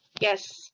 Yes